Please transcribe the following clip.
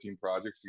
projects